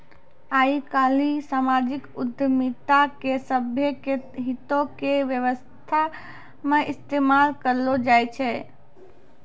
आइ काल्हि समाजिक उद्यमिता के सभ्भे के हितो के व्यवस्था मे इस्तेमाल करलो जाय छै